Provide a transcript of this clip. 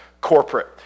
corporate